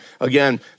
again